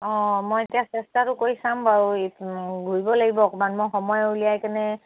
অঁ মই এতিয়া চেষ্টাটো কৰি চাম বাৰু ঘূৰিব লাগিব অকণমান মই সময় উলিয়াই কেনে